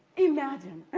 imagine.